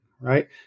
Right